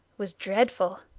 was dreadful!